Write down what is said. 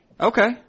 Okay